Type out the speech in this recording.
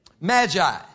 Magi